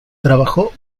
trabajó